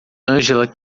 angela